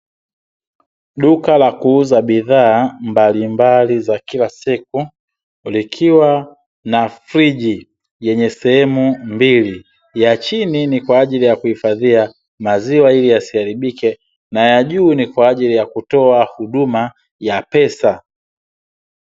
Duka la kuuza bidhaa mbalimbali za kila siku. Likiwa na friji yenye sehemu mbili, ya chini ni kwa ajili ya kuhifadhia maziwa ili yasiharibike na ya juu ni kwa ajili ya kutoa huduma ya pesa.